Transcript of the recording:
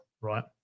right